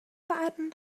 barn